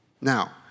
Now